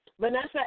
Vanessa